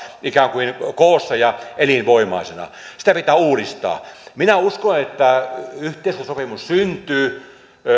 ikään kuin koossa ja elinvoimaisena sitä pitää uudistaa minä uskon että yhteiskuntasopimus syntyy